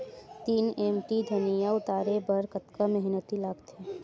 तीन एम.टी धनिया उतारे बर कतका मेहनती लागथे?